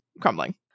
crumbling